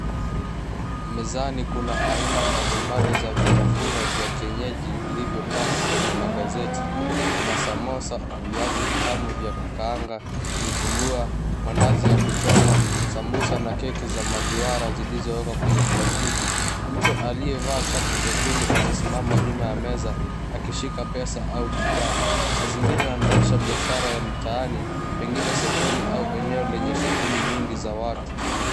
Mezani kuna aina mbalimbali za vitafunwa vya kengeji vilivyopangwa kwenye magazeti. Kuna samosa, viazi vitamu vya kukaanga, vitumbua, mandazi ya kuchoma, samosa na keki za maduara zilizowekwa kwenye plastiki. Mtu aliyevaa shati jekundu amesimama nyuma ya meza akishika pesa au bidhaa. Mazingira yanaonesha biashara ya mtaani, pengine sokoni au eneo lenye shughuli nyingi za watu.